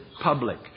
public